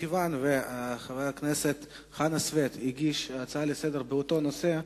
מכיוון שחבר הכנסת חנא סוייד הגיש הצעה לסדר-היום באותו נושא,